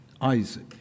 Isaac